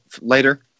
later